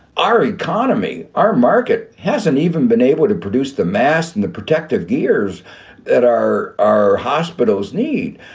our economy, our market hasn't even been able to produce the masks and the protective gears that are our hospitals need.